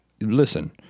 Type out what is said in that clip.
Listen